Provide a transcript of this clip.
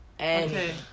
Okay